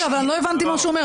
לא הבנתי מה הוא אומר.